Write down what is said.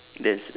that's